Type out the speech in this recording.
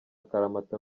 akaramata